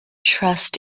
trust